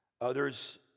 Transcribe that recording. Others